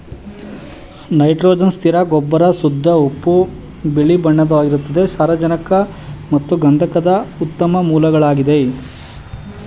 nitrogen ಸ್ಥಿರ ಗೊಬ್ಬರ ಶುದ್ಧ ಉಪ್ಪು ಬಿಳಿಬಣ್ಣವಾಗಿರ್ತದೆ ಸಾರಜನಕ ಮತ್ತು ಗಂಧಕದ ಉತ್ತಮ ಮೂಲಗಳಾಗಿದೆ